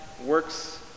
works